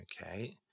Okay